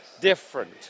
different